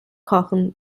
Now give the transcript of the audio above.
kochen